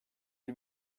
bir